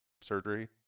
surgery